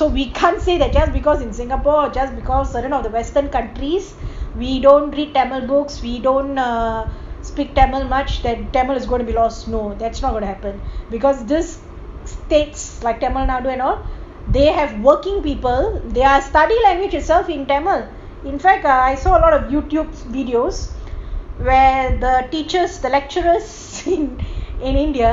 so we can't say that just because of singapore or the western countries we don't read tamil books we don't ugh speak tamil much that tamil is going to be lost no that is not going to happen because these states and all they have working people their study language itself in tamil in fact I saw a lot of youtube videos where the teachers the lecturers in india